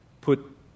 put